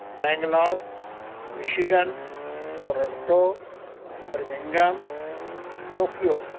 Bangalore Michigan Toronto Birmingham Tokyo